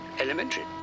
Elementary